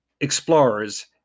explorers